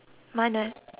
hmm what